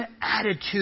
attitude